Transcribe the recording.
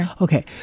okay